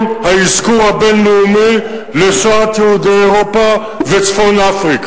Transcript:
האזכור הבין-לאומי של שואת יהודי אירופה וצפון-אפריקה,